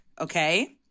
Okay